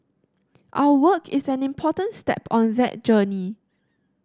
our work is an important step on that journey